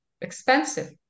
expensive